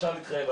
אפשר להתחייב,